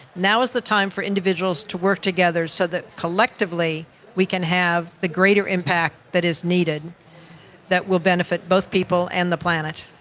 now is the time for individuals to work together so that collectively we can have the greater impact that is needed that will benefit both people and the planet.